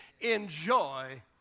Enjoy